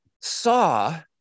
saw